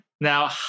Now